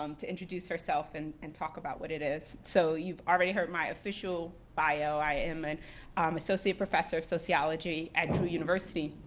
um to introduce herself and and talk about what it is. so you've already heard my official bio. i am an and um associate professor of sociology at drew university.